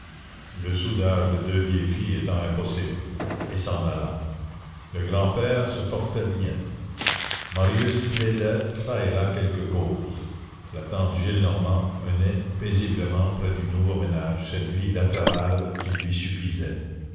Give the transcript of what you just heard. le soudage de deux vieilles filles étant impossible et s'en alla le grand-père se portait bien marius plaidait çà et là quelques causes la tante gillenormand menait paisiblement près du nouveau ménage cette vie latérale qui lui suffisait